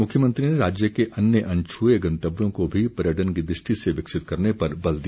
मुख्यमंत्री ने राज्य के अन्य अनछुए गंतव्यों को भी पर्यटन की दृष्टि से विकसित करने पर बल दिया